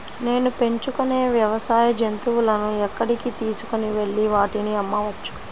నేను పెంచుకొనే వ్యవసాయ జంతువులను ఎక్కడికి తీసుకొనివెళ్ళి వాటిని అమ్మవచ్చు?